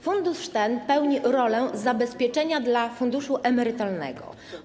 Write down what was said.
Fundusz ten pełni rolę zabezpieczenia dla funduszu emerytalnego.